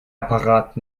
apparat